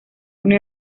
una